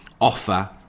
offer